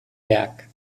berg